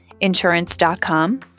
insurance.com